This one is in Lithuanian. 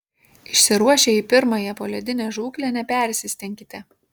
išsiruošę į pirmąją poledinę žūklę nepersistenkite